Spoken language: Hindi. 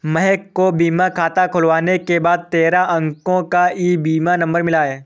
महक को बीमा खाता खुलने के बाद तेरह अंको का ई बीमा नंबर मिल गया